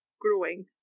growing